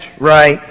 right